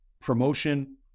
promotion